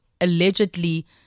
allegedly